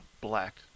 Black